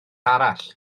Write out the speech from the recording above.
arall